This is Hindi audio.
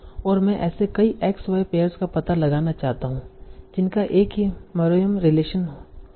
और मैं ऐसे कई X Y पेयर्स का पता लगाना चाहता हूं जिनका एक ही मेरोंय्म रिलेशन हो